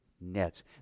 nets